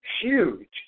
huge